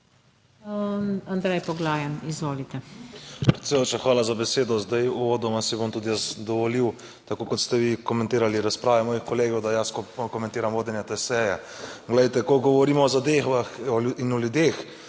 Predsedujoča, hvala za besedo. Zdaj uvodoma si bom tudi jaz dovolil, tako kot ste vi komentirali razprave mojih kolegov, da jaz komentiram vodenje te seje. Glejte, ko govorimo o zadevah in o ljudeh,